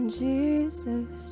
jesus